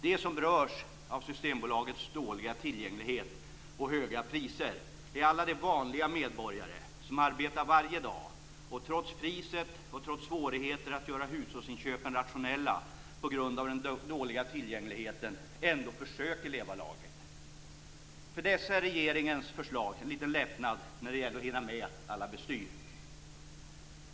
De som berörs av Systembolagets dåliga tillgänglighet och höga priser är alla de vanliga medborgare som arbetar varje dag och trots priset och svårigheter att göra hushållsinköpen rationella på grund av den dåliga tillgängligheten ändå försöker leva lagligt. För dessa är regeringens förslag en liten lättnad när det gäller att hinna med alla bestyr.